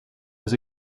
dus